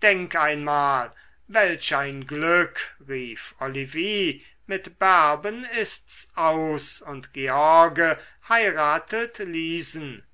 denk einmal welch ein glück rief olivie mit bärben ist's aus und george heiratet liesen